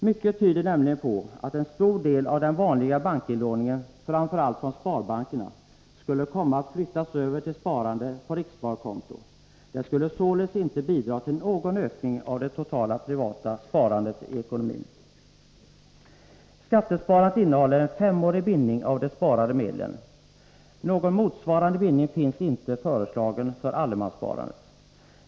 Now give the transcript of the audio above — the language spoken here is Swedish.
Mycket tyder nämligen på att en stor del av den vanliga bankinlåningen, framför allt från sparbankerna, skulle komma att flyttas över till sparande på rikssparkonto. Det skulle således inte bidra till någon ökning av det totala privata sparandet i ekonomin. Skattesparandet innebär en femårig bindning av de sparade medlen. Någon motsvarande bindning finns inte föreslagen för allemanssparandet.